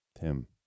Tim